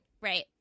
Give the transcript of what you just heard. Right